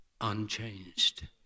unchanged